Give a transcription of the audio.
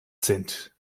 sind